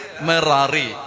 Merari